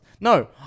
No